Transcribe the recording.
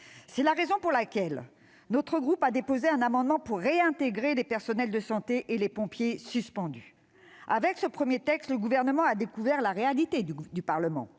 C'est la raison pour laquelle notre groupe a déposé un amendement visant à réintégrer les personnels de santé et les pompiers suspendus. Avec ce premier texte, le Gouvernement a découvert la réalité du Parlement.